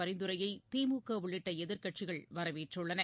பரிந்துரையை திமுக உள்ளிட்ட எதிர்க்கட்சிகள் வரவேற்றுள்ளன